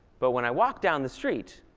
but when i walk down the street,